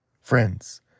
Friends